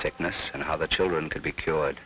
sickness and how the children could be cured